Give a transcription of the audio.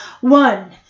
One